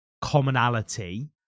commonality